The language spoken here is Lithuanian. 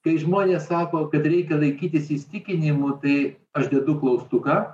kai žmonės sako kad reikia laikytis įsitikinimų tai aš dedu klaustuką